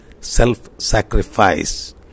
Self-sacrifice